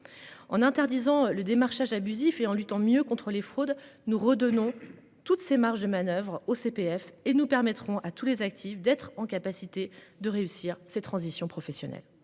en interdisant le démarchage abusif et en luttant mieux contre les fraudes nous redonnons toutes ses marges de manoeuvre au CPF et nous permettront à tous les actifs d'être en capacité de réussir cette transition professionnelle.